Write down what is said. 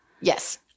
Yes